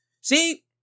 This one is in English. See